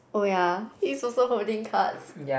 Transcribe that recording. oh yeah he's also holding cards